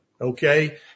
okay